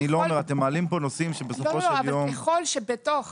אבל ככל שבתוך